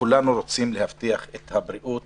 כולנו רוצים להבטיח את הבריאות